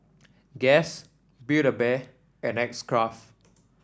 Guess Build A Bear and X Craft